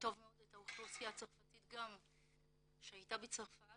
טוב מאוד את האוכלוסייה הצרפתית גם שהייתה בצרפת,